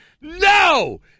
No